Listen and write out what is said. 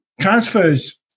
transfers